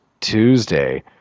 Tuesday